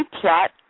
plot